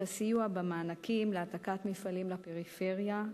את הסיוע במענקים להעתקת מפעלים לפריפריה,